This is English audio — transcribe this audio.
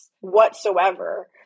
whatsoever